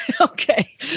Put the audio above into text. Okay